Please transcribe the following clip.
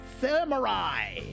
SAMURAI